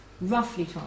roughly